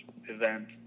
event